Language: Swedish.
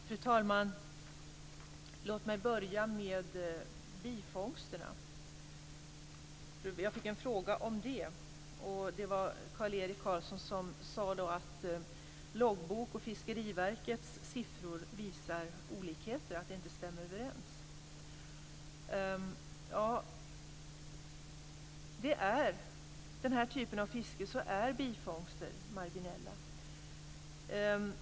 Fru talman! Låt mig börja med bifångsterna, eftersom jag fick en fråga om dem. Det var Kjell-Erik Karlsson som sade att loggbokens och Fiskeriverkets siffror visar olikheter, att de inte stämmer överens. Vid den här typen av fiske är bifångsterna marginella.